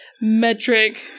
metric